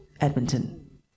Edmonton